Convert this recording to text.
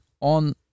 on